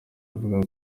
mvuga